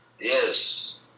Yes